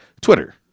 Twitter